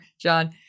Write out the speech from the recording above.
John